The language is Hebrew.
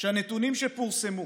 שהנתונים שפורסמו,